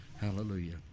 Hallelujah